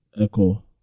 Echo